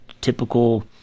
typical